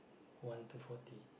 one to forty